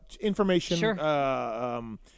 information